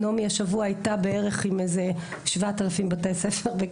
נעמי השבוע הייתה בערך עם איזה 7,000 בתי ספר,